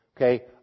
Okay